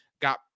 got